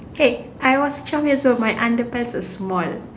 hey I was twelve years old my underpants was small